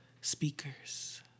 speakers